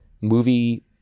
movie